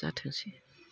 जाथोंसै